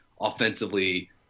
offensively